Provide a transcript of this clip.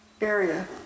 area